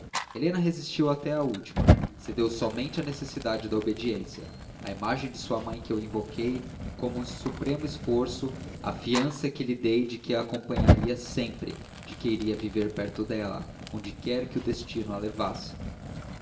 helena resistiu até à última cedeu somente à necessidade da obediência à imagem de sua mãe que eu invoquei como um supremo esforço à fiança que lhe dei de que a acompanharia sempre de que iria viver perto dela onde quer que o destino a levasse